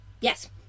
Yes